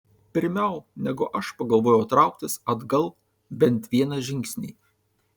pirmiau negu aš pagalvojau trauktis atgal bent vieną žingsnį